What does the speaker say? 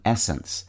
Essence